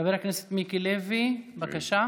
חבר הכנסת מיקי לוי, בבקשה.